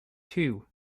two